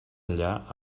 enllà